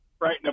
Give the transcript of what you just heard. right